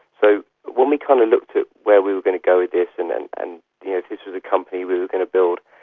so when we kind of looked at where we were going to go with this and and and if this was a company we were going to build,